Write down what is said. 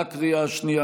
בקריאה השנייה,